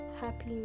Happy